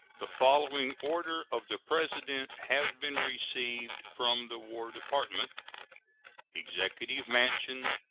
the following order of the president has been received from the war department executive mansion,